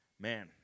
man